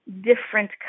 different